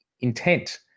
intent